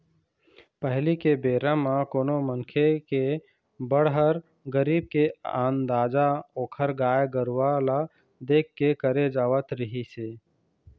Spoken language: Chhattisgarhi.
पहिली के बेरा म कोनो मनखे के बड़हर, गरीब के अंदाजा ओखर गाय गरूवा ल देख के करे जावत रिहिस हे